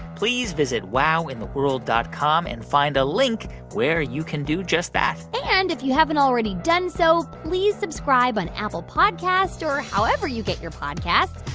please visit wowintheworld dot com and find a link where you can do just that and if you haven't already done so, please subscribe on apple podcasts or however you get your podcasts.